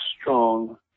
strong